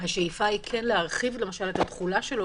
השאיפה היא כן להרחיב את התחולה שלו,